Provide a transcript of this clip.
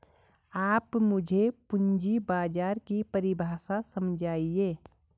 आप मुझे पूंजी बाजार की परिभाषा समझाइए